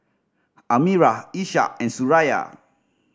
Amirah Ishak and Suraya